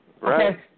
Right